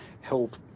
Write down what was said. help